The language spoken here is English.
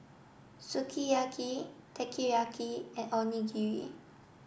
Sukiyaki Teriyaki and Onigiri